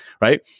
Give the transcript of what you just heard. right